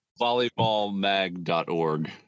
Volleyballmag.org